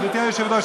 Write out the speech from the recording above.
גברתי היושבת-ראש,